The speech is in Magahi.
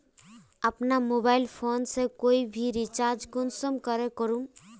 अपना मोबाईल फोन से कोई भी रिचार्ज कुंसम करे करूम?